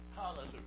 Hallelujah